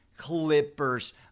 Clippers